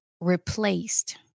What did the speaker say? replaced